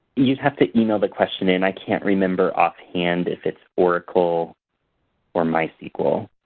you'd have to email the question in. i can't remember offhand if it's oracle or my sql.